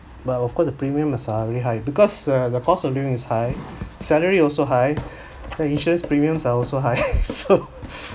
but of course the premiums are really high because uh the cost of living is high salary also high insurance premiums are also high so